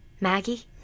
Maggie